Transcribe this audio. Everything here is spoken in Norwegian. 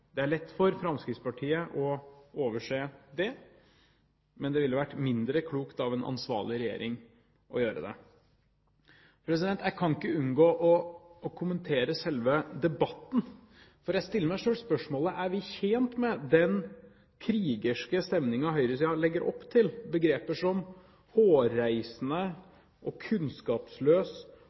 Det er lett for Fremskrittspartiet å overse det, men det ville vært mindre klokt av en ansvarlig regjering å gjøre det. Jeg kan ikke unngå å kommentere selve debatten, for jeg stiller meg selv spørsmålet: Er vi tjent med den krigerske stemningen høyresiden legger opp til? Begreper som